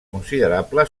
considerable